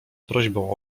prośbą